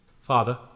Father